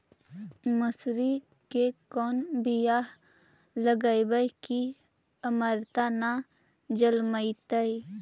मसुरी के कोन बियाह लगइबै की अमरता न जलमतइ?